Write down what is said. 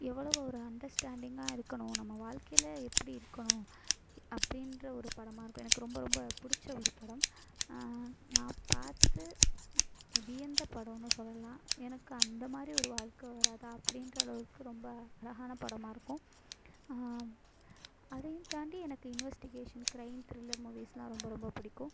எவ்வளவு ஒரு அண்டர்ஸ்டாண்டிங்காக இருக்கணும் நம்ம வாழ்க்கையில் எப்படி இருக்கணும் அப்படின்ற ஒரு படமாக இருக்கும் எனக்கு ரொம்ப ரொம்ப பிடிச்ச ஒரு படம் நான் பார்த்து வியந்த படம்னு சொல்லலாம் எனக்கு அந்த மாதிரி ஒரு வாழ்க்கை வராதா அப்படின்ற அளவுக்கு ரொம்ப அழகான படமாக இருக்கும் அதையும் தாண்டி எனக்கு இன்வெஸ்டிகேஷன் கிரைம் திரில்லர் மூவிஸ்யெலாம் ரொம்ப ரொம்ப பிடிக்கும்